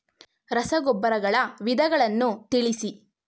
ರಸಗೊಬ್ಬರಗಳ ವಿಧಗಳನ್ನು ತಿಳಿಸಿ?